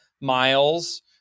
miles